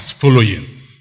following